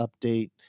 update